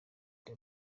bya